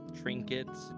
trinkets